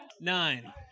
Nine